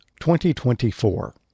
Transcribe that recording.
2024